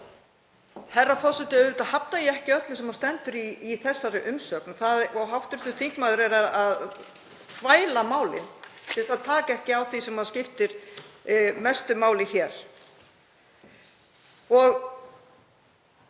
Herra forseti. Auðvitað hafna ég ekki öllu sem stendur í þessari umsögn og hv. þingmaður er að þvæla málin til þess að taka ekki á því sem skiptir mestu máli hér.